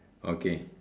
okay